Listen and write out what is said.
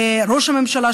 ראש הממשלה,